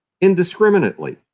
indiscriminately